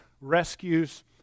rescues